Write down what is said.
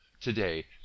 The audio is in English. Today